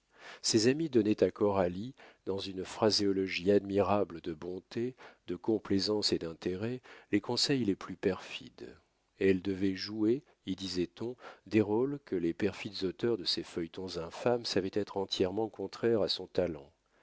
ses amis donnaient à coralie dans une phraséologie admirable de bonté de complaisance et d'intérêt les conseils les plus perfides elle devait jouer y disait-on des rôles que les perfides auteurs de ces feuilletons infâmes savaient être entièrement contraires à son talent